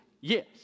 Yes